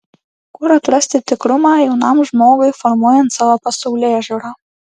kur atrasti tikrumą jaunam žmogui formuojant savo pasaulėžiūrą